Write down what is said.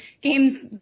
games